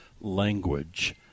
language